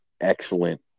excellent